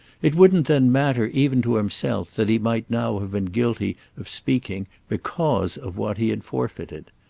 it wouldn't then matter even to himself that he might now have been guilty of speaking because of what he had forfeited.